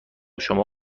شما